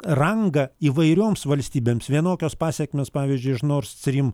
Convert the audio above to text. rangą įvairioms valstybėms vienokios pasekmės pavyzdžiui iš nord strym